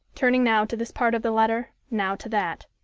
turning now to this part of the letter, now to that.